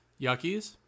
Yuckies